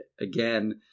again